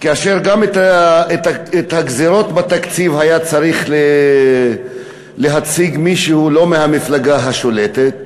גם את הגזירות בתקציב היה צריך להציג מישהו לא מהמפלגה השולטת,